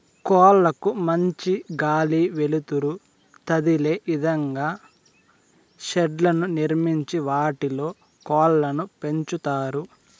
కోళ్ళ కు మంచి గాలి, వెలుతురు తదిలే ఇదంగా షెడ్లను నిర్మించి వాటిలో కోళ్ళను పెంచుతారు